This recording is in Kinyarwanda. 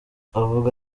avuga